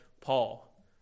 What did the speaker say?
Paul